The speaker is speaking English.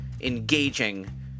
engaging